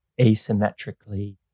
asymmetrically